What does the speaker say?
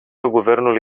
guvernul